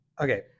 okay